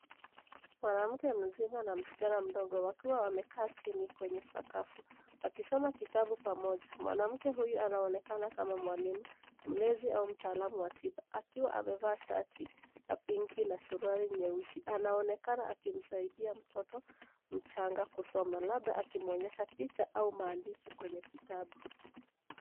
Mwanamke mzima na msichana mdogo wakiwa wamekaa chini kwenye sakafu, wakisoma kitabu pamoja. Mwanamke huyu anaonekana kama mwalimu ,mlezi au mtalaamu wa tiba akiwa amevaa shati la waridi na suruali nyeusi, anaonekana akimsaidia mtoto mchanga kusoma labda akimwonyesha picha au maandishi kwenye kitabu.